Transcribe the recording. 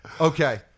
Okay